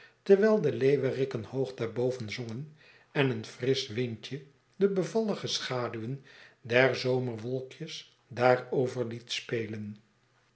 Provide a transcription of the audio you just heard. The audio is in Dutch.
terwijl de leeuweriken hoog daarboven zongen en een frisch windje de bevallige schaduwen der zomerwolkjes daarover liet spelen